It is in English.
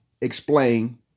explain